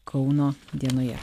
kauno dienoje